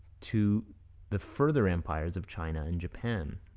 to the further empires of china and japan.